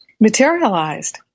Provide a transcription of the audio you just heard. materialized